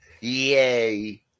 Yay